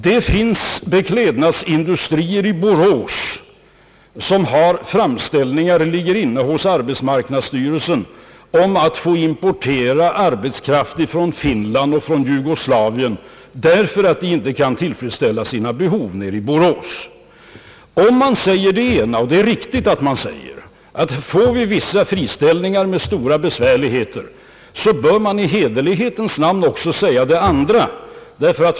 Det finns beklädnadsindustrier i Borås som har framställningar liggande hos arbetsmarknadsstyrelsen om att få importera arbetskraft från Finland och Jugoslavien på grund av att de inte kan tillfredsställa sina behov i Borås. Om man säger det ena — och det är riktigt att man gör det — att det förekommer vissa friställningar med stora besvärligheter — så bör man i hederlighetens namn också omtala det andra.